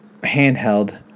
handheld